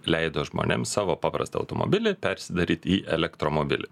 leido žmonėm savo paprastą automobilį persidaryt į elektromobilį